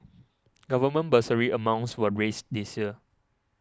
government bursary amounts were raised this year